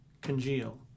congeal